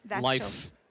life